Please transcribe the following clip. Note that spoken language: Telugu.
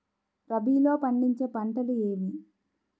రబీలో పండించే పంటలు ఏవి?